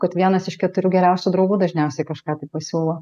kad vienas iš keturių geriausių draugų dažniausiai kažką pasiūlo